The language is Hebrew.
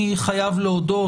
אני חייב להודות,